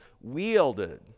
wielded